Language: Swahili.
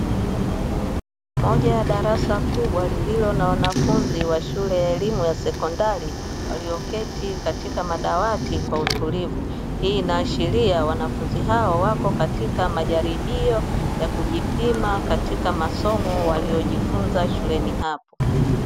Moja ya darasa kubwa lililo na wanafunzi wa shule ya elimu ya sekondari walioketi katika madawati kwa utulivu, hii inaashiria wanafunzi hawa wako katika majaribio ya kujipima katika masomo waliyojifunza shuleni hapo.